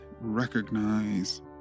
recognize